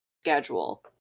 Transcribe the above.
schedule